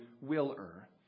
willer